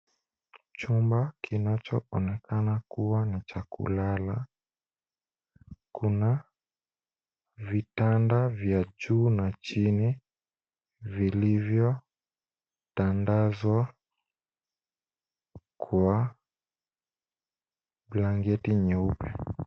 Chumba kinachoonekana kuwa ni cha kulala. Kuna vitanda vya juu na chini vilivyotandazwa kwa blanketi nyeupe.